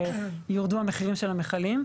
יורדו המחירים של המכלים.